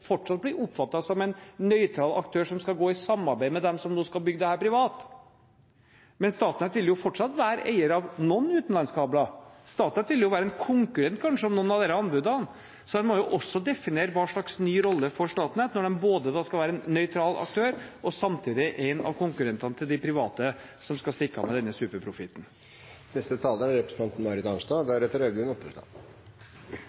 som en nøytral aktør som skal gå i samarbeid med dem som nå skal bygge dette privat. Men Statnett vil fortsatt være eier av noen utenlandskabler. Statnett vil kanskje være en konkurrent i noen av disse anbudene, så en må også definere hva slags ny rolle Statnett får når de skal være både en nøytral aktør og samtidig en av konkurrentene til de private som skal stikke av med denne superprofitten. Jeg synes dette har blitt en debatt med veldig mange spørsmål og veldig få svar, og de